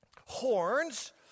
Horns